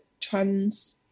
trans